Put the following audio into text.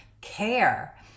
care